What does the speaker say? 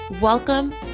Welcome